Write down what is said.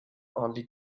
only